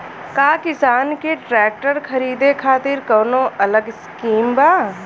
का किसान के ट्रैक्टर खरीदे खातिर कौनो अलग स्किम बा?